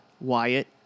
Wyatt